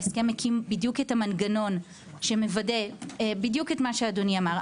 ההסכם מקים בדיוק את המנגנון שמוודא בדיוק את מה שאדוני אמר,